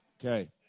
Okay